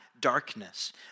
darkness